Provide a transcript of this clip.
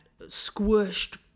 squished